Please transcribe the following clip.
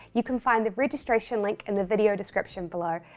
you can find the registration link in the video description below.